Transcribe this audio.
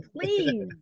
please